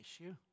issue